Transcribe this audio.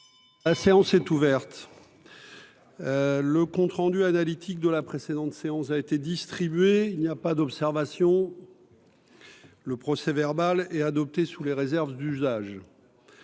on s'est ouverte, le compte rendu analytique de la précédente séance a été distribué, il n'y a pas d'observation, le procès verbal est adoptée sous les réserves d'usage.